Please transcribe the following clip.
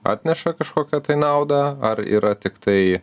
atneša kažkokią naudą ar yra tiktai